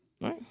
Right